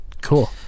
Cool